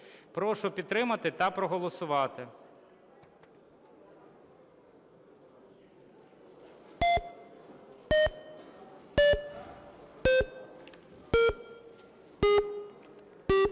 Прошу підтримати та проголосувати.